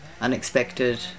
unexpected